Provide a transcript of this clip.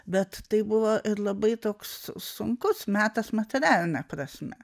bet tai buvo ir labai toks sunkus metas materialine prasme